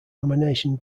nomination